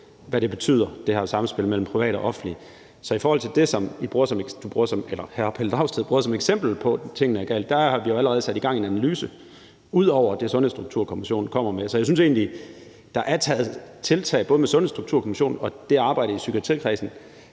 hvad det her samspil mellem privat og offentlig betyder. Så i forhold til det, som hr. Pelle Dragsted bruger som eksempel på, at det står galt til, har vi allerede sat gang i en analyse ud over det, Sundhedsstrukturkommissionen kommer med. Så jeg synes egentlig, at der er sat tiltag, både med Sundhedsstrukturkommissionen og det arbejde i psykiatrikredsen,